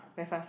very fast